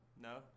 No